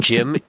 Jim